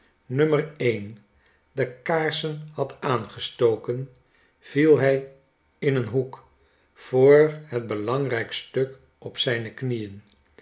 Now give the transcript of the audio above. nummer een de kaarsen had aangestoken viel hij in een hoek voor het belangrijk stuk op zijne knieen